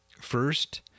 first